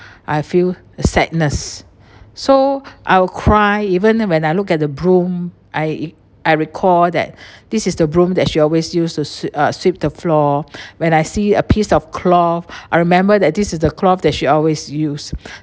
I feel the sadness so I will cry even when I look at the broom I I recall that this is the broom that she always use to sweep uh sweep the floor when I see a piece of cloth I remember that this is the cloth that she always use